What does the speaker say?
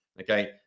Okay